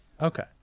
Okay